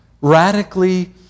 radically